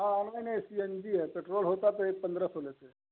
हाँ हाँ नहीं सी एन जी है पेट्रोल होता तो ये पंद्रह सौ लेते